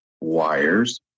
wires